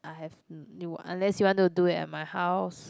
I have n~ new unless you want to do it at my house